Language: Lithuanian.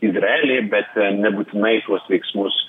izraelį bet nebūtinai tuos veiksmus